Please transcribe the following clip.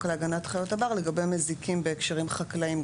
להגנת חיות הבר לגבי מזיקים בהקשרים חקלאיים,